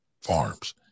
Farms